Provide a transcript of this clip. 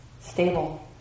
stable